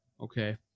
okay